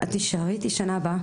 את תישארי איתי שנה הבאה?